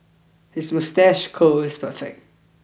his moustache curl is perfect